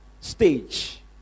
stage